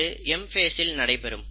இது M phase இல் நடைபெறும்